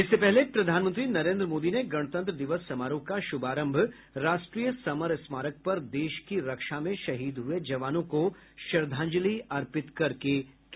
इससे पहले प्रधानमंत्री नरेन्द्र मोदी ने गणतंत्र दिवस समारोह का शुभारंभ राष्ट्रीय समर स्मारक पर देश की रक्षा में शहीद हुए जवानों को श्रद्धांजलि अर्पित करके की